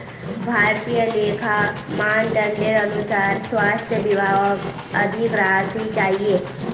भारतीय लेखा मानदंडेर अनुसार स्वास्थ विभागक अधिक राशि चाहिए